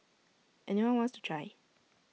any one wants to try